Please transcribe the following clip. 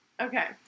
Okay